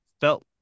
felt